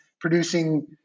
producing